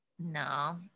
No